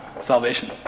Salvation